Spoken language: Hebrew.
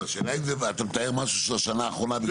לא, השאלה אם זה, אתה מתאר משהו של השנה האחרונה?